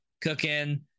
cooking